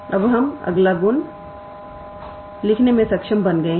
अब हम अगला गुण लिखने में भी सक्षम बन गए हैं